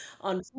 on